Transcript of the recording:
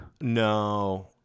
no